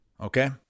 okay